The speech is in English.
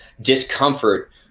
discomfort